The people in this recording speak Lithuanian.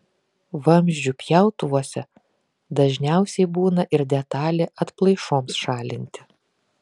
vamzdžių pjautuvuose dažniausiai būna ir detalė atplaišoms šalinti